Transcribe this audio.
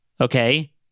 okay